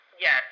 yes